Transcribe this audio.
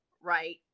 right